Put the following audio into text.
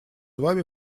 вами